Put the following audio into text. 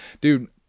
Dude